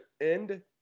end